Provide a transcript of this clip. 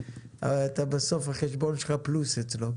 בסוף החשבון שלך פלוס אצלו.